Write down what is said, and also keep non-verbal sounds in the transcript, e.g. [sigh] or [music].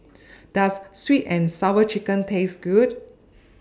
[noise] Does Sweet and Sour Chicken Taste Good [noise]